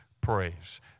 Praise